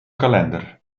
kalender